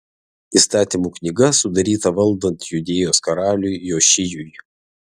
įstatymų knyga sudaryta valdant judėjos karaliui jošijui